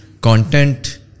content